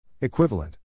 Equivalent